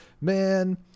man